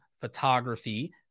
photography